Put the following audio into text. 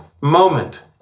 moment